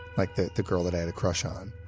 like the the girl that i had a crush on